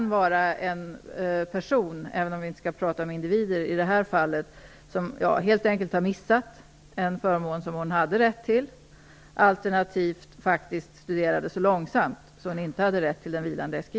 Även om vi inte skall tala om individer kan det i det här fallet röra sig om en person som helt enkelt har missat en förmån som hon hade rätt till eller som studerade så långsamt att hon inte hade rätt till en vilande SGI.